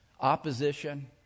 opposition